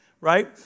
right